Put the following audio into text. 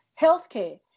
healthcare